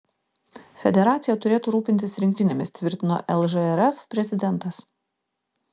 federacija turėtų rūpintis rinktinėmis tvirtino lžrf prezidentas